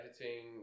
editing